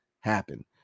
happen